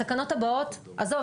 בתקנות הבאות עזוב,